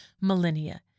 millennia